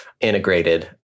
integrated